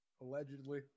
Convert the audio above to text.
Allegedly